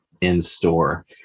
in-store